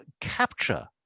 capture